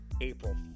April